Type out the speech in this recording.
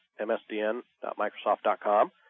msdn.microsoft.com